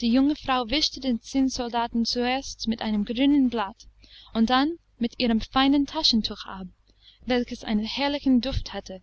die junge frau wischte den zinnsoldaten zuerst mit einem grünen blatt und dann mit ihrem feinen taschentuch ab welches einen herrlichen duft hatte